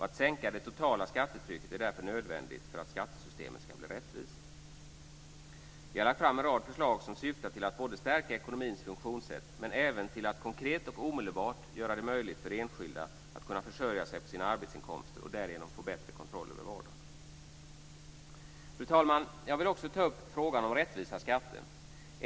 Att sänka det totala skattetrycket är därför nödvändigt för att skattesystemet ska bli rättvist. Vi har lagt fram en rad förslag som syftar till att stärka ekonomins funktionssätt men även till att konkret och omedelbart göra det möjligt för enskilda att försörja sig på sina egna arbetsinkomster och därigenom få bättre kontroll över vardagen. Fru talman! Jag vill också ta upp frågan om rättvisa skatter.